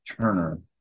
Turner